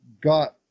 got